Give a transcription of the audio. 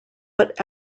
but